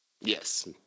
Yes